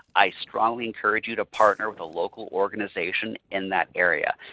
i strongly encourage you to partner with a local organization in that area.